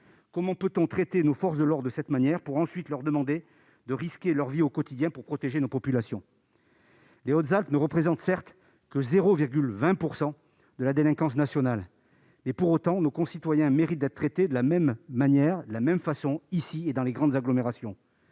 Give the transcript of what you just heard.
Comment peut-on traiter nos forces de l'ordre de cette manière, pour ensuite leur demander de risquer leur vie au quotidien pour protéger nos populations ? Certes, les Hautes-Alpes ne représentent que 0,20 % de la délinquance nationale. Pour autant, nos concitoyens méritent d'être traités de la même manière que dans les grandes agglomérations.